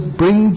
bring